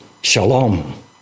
Shalom